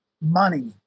money